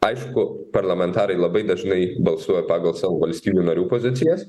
aišku parlamentarai labai dažnai balsuoja pagal savo valstybių narių pozicijas